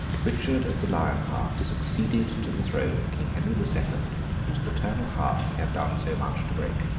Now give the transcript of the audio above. richard of the lion heart succeeded to the throne of king henry the second, whose paternal heart he had done so much to break.